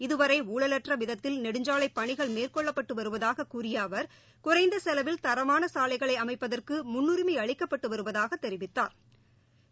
இதுவரைஊழலற்றவிதத்தில் நெடுஞ்சாலைப் பணிகள் மேற்கொள்ளப்பட்டுவருவதாககூறியஅவர் குறைந்தசெலவில் தரமானசாலைகளைஅமைப்பதற்குமுன்னரிமைஅளிக்கப்பட்டுவருவதாகத் தெரிவித்தாா்